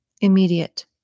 Immediate